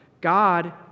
God